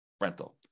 rental